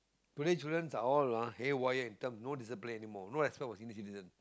today children are all ah haywire in terms no discipline anymore no respect our senior citizen